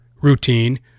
routine